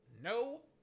No